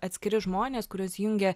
atskiri žmonės kuriuos jungia